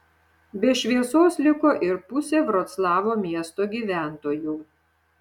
be šviesos liko ir pusė vroclavo miesto gyventojų